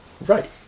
Right